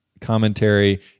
commentary